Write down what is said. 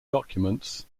documents